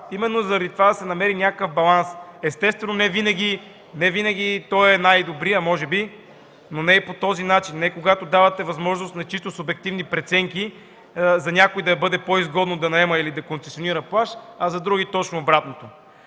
Именно заради това – да се намери някакъв баланс. Естествено невинаги той е най-добрият може би, но не и по този начин, не когато давате възможност на чисто субективни преценки – за някои да бъде по-изгодно да наема или концесионира плаж, а за други – точно обратното.